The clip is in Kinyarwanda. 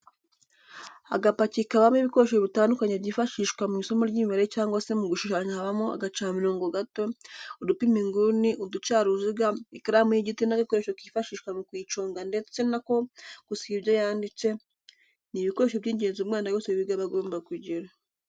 Agapaki kabamo ibikoresho bitandukanye byifashishwa mu isomo ry'imibare cyangwa se mu gushushanya habamo agacamurongo gato, udupima inguni, uducaruziga, ikaramu y'igiti n'agakoresho kifashishwa mu kuyiconga ndetse n'ako gusiba ibyo yanditse, ni ibikoresho by'ingenzi umwana wese wiga aba agomba kugira.